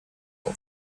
朋友